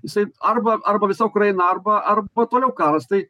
jisai arba arba visa ukraina arba arba toliau karas tai